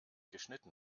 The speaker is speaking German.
geschnitten